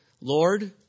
Lord